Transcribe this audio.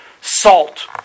Salt